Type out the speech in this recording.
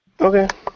Okay